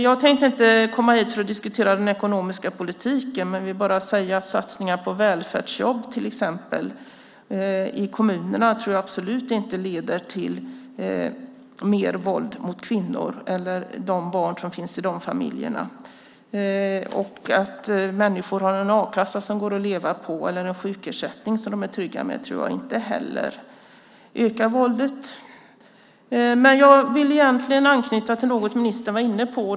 Jag tänkte inte komma hit för att diskutera den ekonomiska politiken men vill bara säga att jag tror att satsningar på till exempel välfärdsjobb i kommunerna absolut inte leder till mer våld mot kvinnor eller de barn som finns i de familjerna. Att människor har en a-kassa som går att leva på eller en sjukersättning som de är trygga med tror jag inte heller ökar våldet. Jag vill egentligen anknyta till något ministern var inne på.